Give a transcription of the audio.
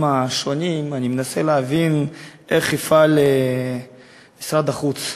השונים אני מנסה להבין איך יפעל משרד החוץ,